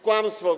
Kłamstwo.